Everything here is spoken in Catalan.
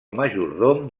majordom